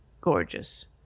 Gorgeous